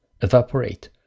evaporate